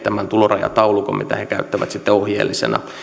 tämän tulorajataulukon mitä he käyttävät sitten ohjeellisena